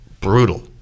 brutal